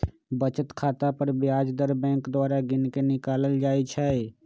बचत खता पर ब्याज दर बैंक द्वारा गिनके निकालल जाइ छइ